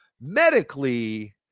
medically